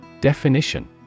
Definition